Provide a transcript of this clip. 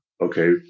Okay